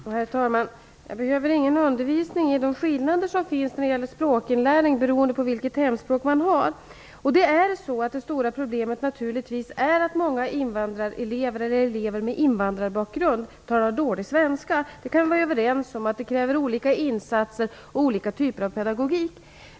Herr talman! Jag behöver ingen undervisning i de skillnader som finns när det gäller språkinlärning beroende på vilket hemspråk man har. Det stora problemet är naturligtvis att många elever med invandrarbakgrund talar dålig svenska. Det kan vi vara överens om. Det kräver olika insatser och olika typer pedagogik.